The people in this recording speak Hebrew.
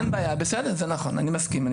אין בעיה, בסדר, זה נכון, אני מסכים.